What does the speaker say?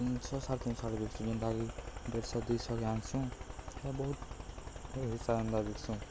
ତିନ୍ ଶହ ସାଢ଼େ ତିନ୍ ଶହ ବିକ୍ସୁଁ ଡାଲି ଦେଢ଼ଶହ ଦୁଇଶହ ଜାଣିଛୁଁ ତ ବହୁତ ସାରନ୍ଦ ବିକ୍ସୁଁ